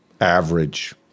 average